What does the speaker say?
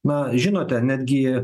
na žinote netgi